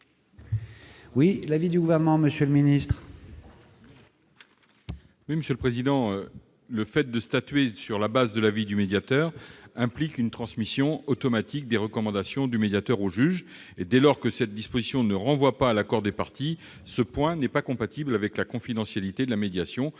sur ces amendements. Quel est l'avis du Gouvernement ? Le fait de statuer sur la base de l'avis du médiateur implique une transmission automatique des recommandations du médiateur au juge. Dès lors que cette disposition ne renvoie pas à l'accord des parties, ce point n'est pas compatible avec la confidentialité de la médiation.